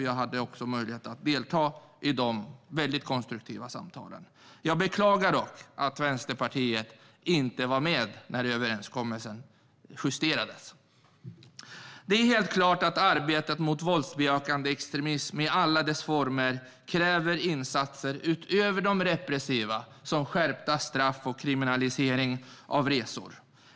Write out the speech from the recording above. Jag hade möjlighet att delta i de väldigt konstruktiva samtalen. Jag beklagar dock att Vänsterpartiet inte var med när överenskommelsen justerades. Arbetet mot våldsbejakande extremism i alla dess former kräver helt klart insatser utöver de repressiva, som skärpta straff och kriminalisering av resor.